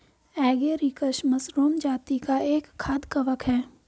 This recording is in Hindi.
एगेरिकस मशरूम जाती का एक खाद्य कवक है